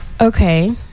Okay